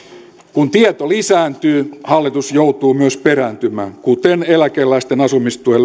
kun tieto lisääntyy hallitus joutuu myös perääntymään kuten eläkeläisten asumistuen